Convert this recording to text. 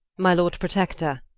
my lord protector,